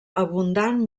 abundant